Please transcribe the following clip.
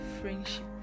friendship